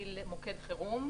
להפעיל מוקד חירום,